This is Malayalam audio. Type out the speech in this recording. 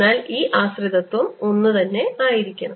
അതിനാൽ ഈ ആശ്രിതത്വം ഒന്നുതന്നെയായിരിക്കണം